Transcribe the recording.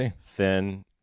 thin